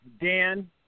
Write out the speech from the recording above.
Dan